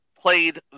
played